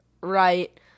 right